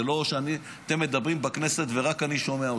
זה לא שאתם מדברים בכנסת ורק אני שומע אתכם.